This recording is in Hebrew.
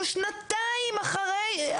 אנחנו שנתיים אחרי,